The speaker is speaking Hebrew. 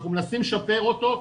אנחנו מנסים לשפר אותו,